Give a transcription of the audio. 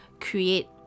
create